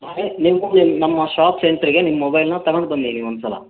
ನಿಮ್ಮ ನಮ್ಮ ಶಾಪ್ ಸೆಂಟ್ರಿಗೆ ನಿಮ್ಮ ಮೊಬೈಲನ್ನ ತಗೊಂಡು ಬನ್ನಿ ನೀವು ಒಂದು ಸಲ